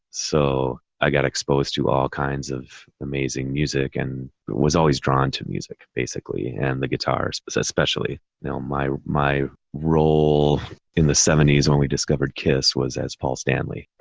so i got exposed to all kinds of amazing music and was always drawn to music basically. jeff and the guitars but so especially. you know my, my role in the seventy s when we discovered kiss was as paul stanley